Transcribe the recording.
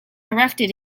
erected